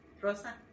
rosa